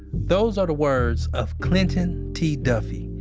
those are the words of clinton t. duffy,